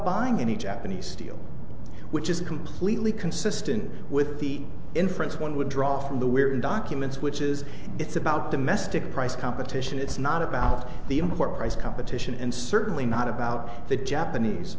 buying any japanese steel which is completely consistent with the inference one would draw from the we're in documents which is it's about domestic price competition it's not about the import price competition and certainly not about the japanese